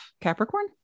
capricorn